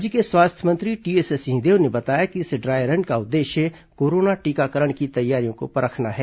राज्य के स्वास्थ्य मंत्री टीएस सिंहदेव ने बताया कि इस ड्राय रन का उद्देश्य कोरोना टीकाकरण की तैयारियों को परखना है